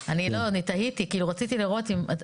כאילו כמה דקות.